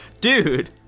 Dude